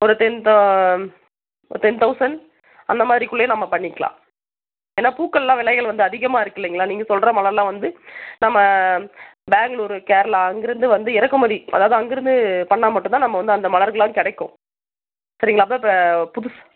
ஒரு டென் த ஒரு டென் தௌசண்ட் அந்த மாதிரிக்குள்ளையே நம்ம பண்ணிக்கலாம் ஏன்னா பூக்கள்லாம் விலைகள் வந்து அதிகமாக இருக்கு இல்லைங்களா நீங்கள் சொல்கிற மலர்லாம் வந்து நம்ம பெங்களூரு கேரளா அங்கேருந்து வந்து இறக்குமதி அதாவது அங்கேருந்து பண்ணா மட்டும் தான் நம்ம வந்து அந்த மலர்கள்லாம் கிடைக்கும் சரிங்களா அதான் இப்போ புதுசு